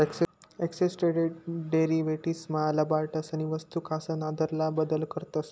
exchange traded derivatives मा लबाडसनी वस्तूकासन आदला बदल करतस